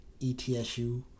ETSU